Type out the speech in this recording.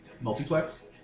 Multiplex